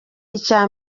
icya